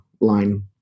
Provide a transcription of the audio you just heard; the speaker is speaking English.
line